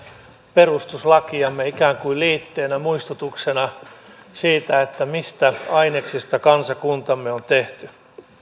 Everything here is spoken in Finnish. perustuslakiamme ikään kuin liitteenä muistutuksena siitä mistä aineksista kansakuntamme on tehty